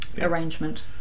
arrangement